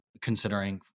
considering